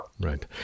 Right